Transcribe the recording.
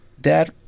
Dad